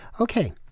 Okay